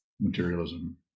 Materialism